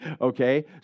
okay